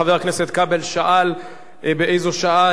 חבר הכנסת כבל שאל באיזו שעה.